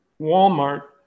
Walmart